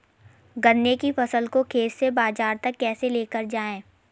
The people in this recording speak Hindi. गन्ने की फसल को खेत से बाजार तक कैसे लेकर जाएँ?